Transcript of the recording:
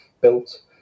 built